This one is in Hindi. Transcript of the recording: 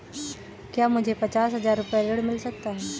क्या मुझे पचास हजार रूपए ऋण मिल सकता है?